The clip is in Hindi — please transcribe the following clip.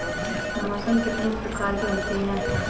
मौसम कितने प्रकार के होते हैं?